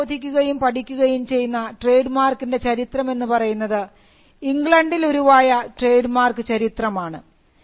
നമ്മൾ പരിശോധിക്കുകയും പഠിക്കുകയും ചെയ്യുന്ന ട്രേഡ് മാർക്കിൻറെ ചരിത്രം എന്ന് പറയുന്നത് ഇംഗ്ലണ്ടിൽ ഉരുവായ ട്രേഡ് മാർക്ക് ചരിത്രമാണ്